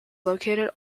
located